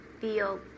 feel